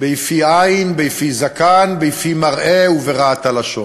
ביפי עין, ביפי זקן, ביפי מראה וברעת הלשון.